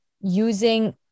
using